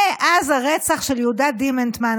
מאז הרצח של יהודה דימנטמן,